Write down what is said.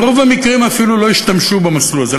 ברוב המקרים אפילו לא ישתמשו במסלול הזה.